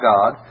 God